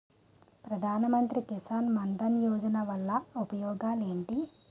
ప్రధాన మంత్రి కిసాన్ మన్ ధన్ యోజన వల్ల ఉపయోగాలు ఏంటి?